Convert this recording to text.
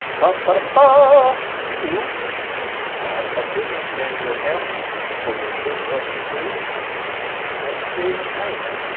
but but but you have a business manager account for your facebook page and you created an ad account,